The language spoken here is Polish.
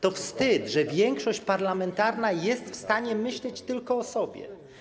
To wstyd, że większość parlamentarna jest w stanie myśleć tylko o sobie.